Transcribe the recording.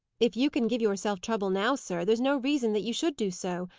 if you can give yourself trouble now, sir, there's no reason that you should do so,